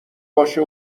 باشه